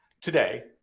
today